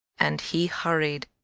and he hurried,